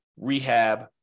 rehab